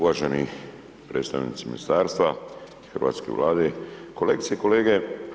Uvaženi predstavnici ministarstva hrvatske Vlade, kolegice i kolege.